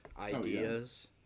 ideas